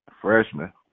Freshman